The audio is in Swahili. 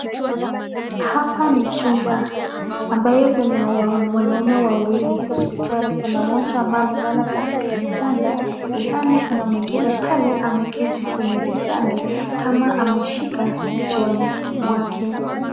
Hapa ni chumba ambyao kuna wanaume wawili hospitali, kuna moja ambaye amelala katika kitanda ilhali kuna mwengine pale ameketi kwenye kitanda kama ameshika kichwani mwake.